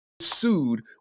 sued